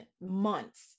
months